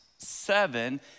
Seven